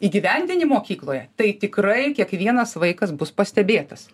įgyvendini mokykloje tai tikrai kiekvienas vaikas bus pastebėtas